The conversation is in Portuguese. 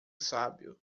sábio